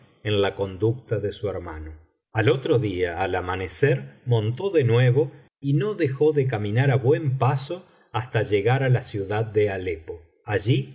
en la conducta de su hermano biblioteca valenciana generalitat valenciana historia del visir nureddin al otro día al amanecer montó de nuevo y no dejó de caminar á buen paso hasta llegar á la ciudad de alepo allí